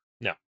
No